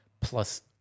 plus